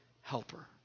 helper